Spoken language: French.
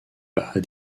bas